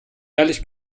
ehrlich